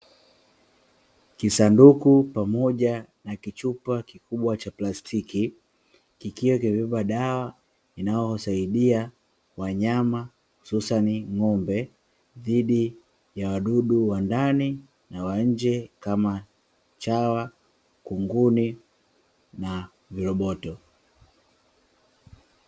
Kisanduku pamoja na kichupa kikubwa cha plastiki kikiwa kimebeba dawa inayosaidia wanyama hususani ng’ombe dhidi ya wadudu wa ndani na wa nje kama chawa, kunguni na viroboto.